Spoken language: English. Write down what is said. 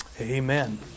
amen